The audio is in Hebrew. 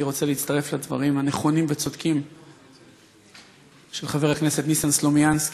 אני רוצה להצטרף לדברים הנכונים והצודקים של חבר הכנסת ניסן סלומינסקי.